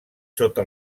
sota